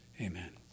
Amen